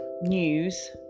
News